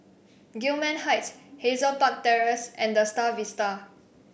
Gillman Heights Hazel Park Terrace and The Star Vista